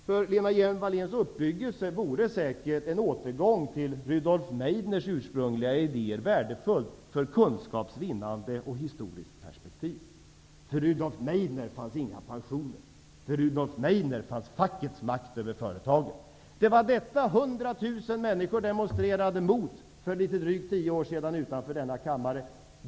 För Lena Hjelm-Walléns uppbyggelse vore säkert en återgång till Rudolf Meidners ursprungliga idéer värdefull, för kunskaps vinnande och historiskt perspektiv. För Rudolf Meidner fanns inga pensioner. För Rudolf Meidner fanns fackets makt över företagen. Det var detta 100 000 människor demonstrerade mot för litet drygt tio år sedan utanför denna kammare.